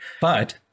But-